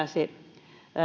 se